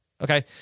okay